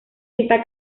está